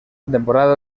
temporada